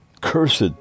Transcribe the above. cursed